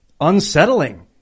unsettling